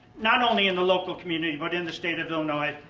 not only in the local community, but in the state of illinois.